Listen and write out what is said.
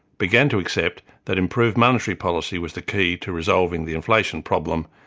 began to accept that improved monetary policy was the key to resolving the inflation problem,